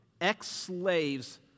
ex-slaves